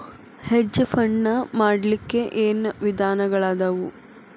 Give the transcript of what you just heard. Hedge fund ನ ಮಾಡ್ಲಿಕ್ಕೆ ಏನ್ ವಿಧಾನಗಳದಾವು?